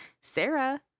sarah